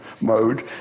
mode